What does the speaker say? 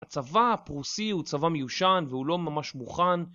הצבא הפרוסי הוא צבא מיושן והוא לא ממש מוכן